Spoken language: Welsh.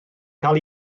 cael